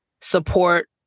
Support